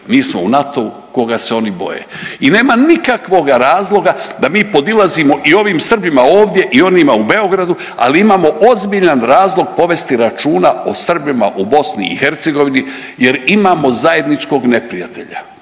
Mi smo u NATO-u koga se oni boje i nema nikakvoga razloga da mi podilazimo i ovim Srbima ovdje i onima u Beogradu, ali imamo ozbiljan razlog povesti računa o Srbima u BiH jer imamo zajedničkog neprijatelja.